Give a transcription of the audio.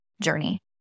journey